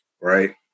right